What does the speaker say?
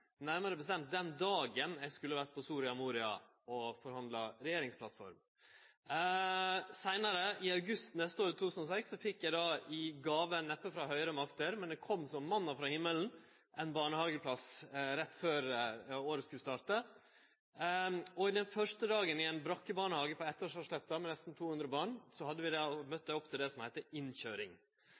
nærmare bestemt den dagen eg skulle ha vore på Soria Moria og forhandla regjeringsplattform. I august neste år, i 2006, fekk eg i gåve, neppe frå høgare makter, men det kom som manna frå himmelen, ein barnehageplass rett før året skulle starte. Den første dagen i ein brakkebarnehage på Etterstadsletta med nesten 200 barn møtte eg opp til det som heiter innkøyring.